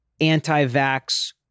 anti-vax